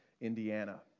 Indiana